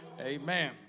Amen